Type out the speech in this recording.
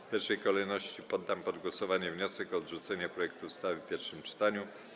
W pierwszej kolejności poddam pod głosowanie wniosek o odrzucenie projektu ustawy w pierwszym czytaniu.